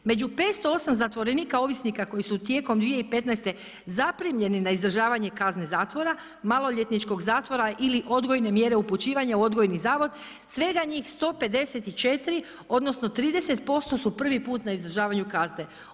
Među 508 zatvorenika ovisnika koji su tijekom 2015. zaprimljeni na izdržavanje kazne zatvora, maloljetničkog zatvora ili odgojne mjere upućivanja u odgojni zavod svega njih 154 odnosno 30% su prvi put na izdržavanju kazne.